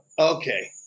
Okay